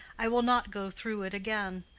i will not go through it again.